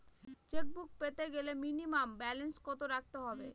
Chequebook পেতে গেলে minimum balance কত রাখতে হবে?